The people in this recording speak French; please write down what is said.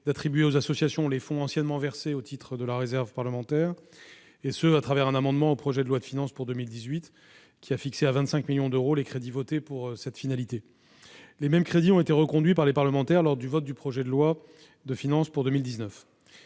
d'attribuer aux associations les fonds anciennement versés au titre de la réserve parlementaire, et ce à travers un amendement au projet de loi de finances pour 2018 fixant à 25 millions d'euros les crédits votés à cette finalité. Les mêmes crédits ont été reconduits par les parlementaires lors du vote du projet de loi de finances pour 2019.